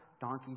donkeys